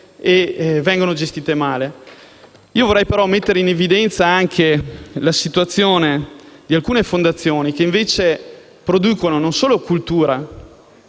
che vengono gestite male. Io vorrei però mettere in evidenza anche la situazione di alcune fondazioni, che invece producono non solo cultura,